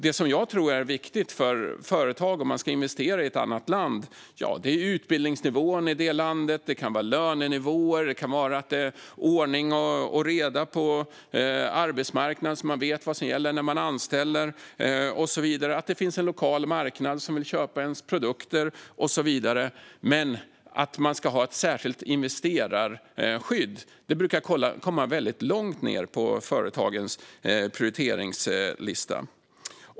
Det som jag tror är viktigt för företag om de ska investera i ett annat land är utbildningsnivån i det landet, lönenivåer, att det är ordning och reda på arbetsmarknaden så att de vet vad som gäller när de anställer och så vidare. Det kan vara att det finns en lokal marknad som vill köpa ens produkter och så vidare. Att man ska ha ett särskilt investerarskydd brukar komma väldigt långt ned på företagens prioriteringslista.